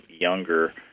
Younger